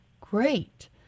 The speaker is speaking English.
great